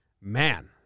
man